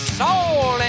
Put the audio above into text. soul